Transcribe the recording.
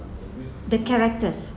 the characters